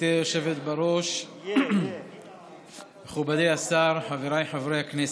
גברתי היושבת בראש, מכובדי השר, חבריי חברי הכנסת,